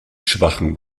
schwachen